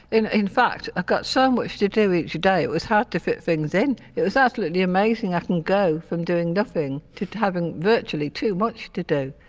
in in fact, i've got so much to do each day it was hard to fit things in, it was absolutely amazing, i can go from doing nothing to to having virtually too much to do.